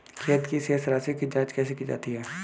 खाते की शेष राशी की जांच कैसे की जाती है?